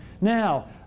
Now